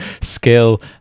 skill